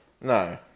No